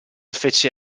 fece